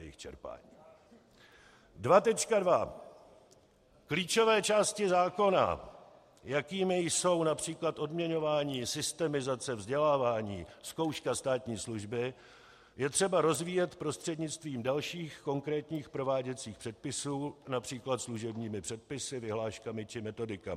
2.2 Klíčové části zákona, jakými jsou například odměňování, systematizace, vzdělávání, zkouška státní služby, je třeba rozvíjet prostřednictvím dalších konkrétních prováděcích předpisů, například služebními předpisy, vyhláškami či metodikami.